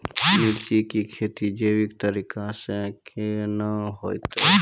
मिर्ची की खेती जैविक तरीका से के ना होते?